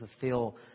fulfill